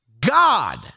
God